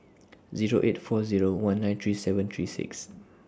Zero eight four Zero one nine three seven three six